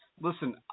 Listen